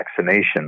vaccination